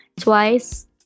Twice